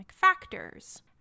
factors